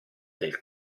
del